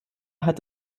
hat